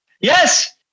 yes